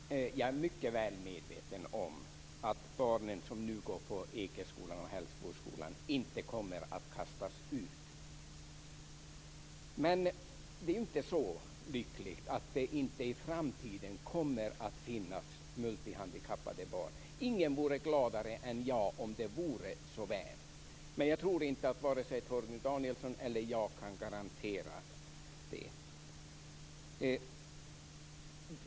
Fru talman! Jag är mycket väl medveten om att de barn som nu går på Ekeskolan och Hällsboskolan inte kommer att kastas ut. Men det är inte så lyckligt att det inte kommer att finnas multihandikappade barn i framtiden. Ingen vore gladare än jag om det vore så väl. Men jag tror inte att vare sig Torgny Danielsson eller jag kan garantera det.